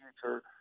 future –